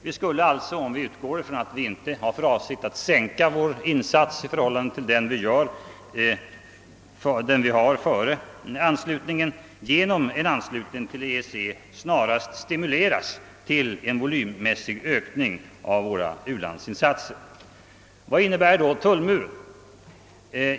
Vi skulle alltså — om vi utgår från att vi inte har för avsikt att minska vår insats i förhållande till den vi gjort före anslutningen — genom en anslutning till EEC snarast stimuleras till en volymmässig ökning av våra u-landsinsatser. Vad innebär då tullmuren?